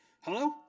Hello